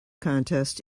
contest